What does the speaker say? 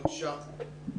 בבקשה.